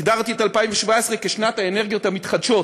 הגדרתי את 2017 כשנת האנרגיות המתחדשות.